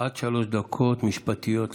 עד שלוש דקות משפטיות לרשותך.